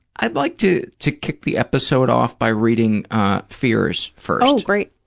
i'd like to to kick the episode off by reading fears first. oh, great.